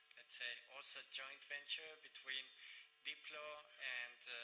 let's say, also joint venture between diplo and